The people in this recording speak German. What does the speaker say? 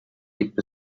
gibt